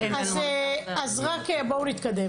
נתקדם.